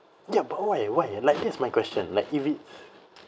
ya but why why like that's my question like if it